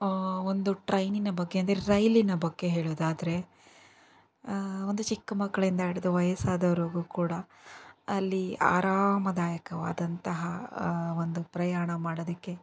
ಒಂದು ಟ್ರೈನಿನ ಬಗ್ಗೆ ಅಂದರೆ ರೈಲಿನ ಬಗ್ಗೆ ಹೇಳೋದಾದ್ರೆ ಒಂದು ಚಿಕ್ಕ ಮಕ್ಕಳಿಂದ ಹಿಡಿದು ವಯಸ್ಸಾದವರಿಗೂ ಕೂಡ ಅಲ್ಲಿ ಆರಾಮದಾಯಕವಾದಂತಹ ಒಂದು ಪ್ರಯಾಣ ಮಾಡೋದಕ್ಕೆ